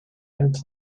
and